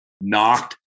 knocked